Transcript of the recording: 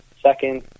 Second